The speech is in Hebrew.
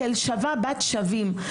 כאל שווה בת שווים.